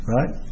Right